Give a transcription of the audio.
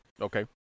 Okay